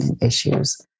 issues